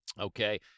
okay